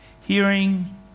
hearing